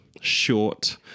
short